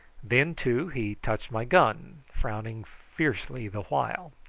then, too, he touched my gun, frowning fiercely the while.